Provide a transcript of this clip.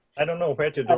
i don't know if